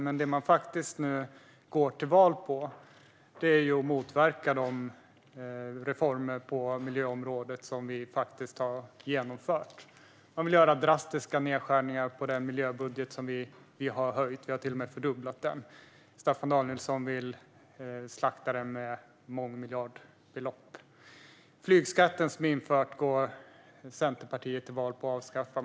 Men det man nu går till val på är att motverka de reformer på miljöområdet som vi har genomfört. Man vill göra drastiska nedskärningar på den miljöbudget som vi har höjt. Vi har till och med fördubblat den. Staffan Danielsson vill slakta den med mångmiljardbelopp. Centerpartiet går till val på att avskaffa flygskatten som införts.